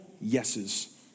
yeses